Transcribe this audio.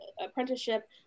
apprenticeship